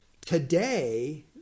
today